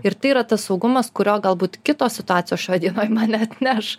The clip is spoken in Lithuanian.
ir tai yra tas saugumas kurio galbūt kitos situacijos šioj dienoj man neatneš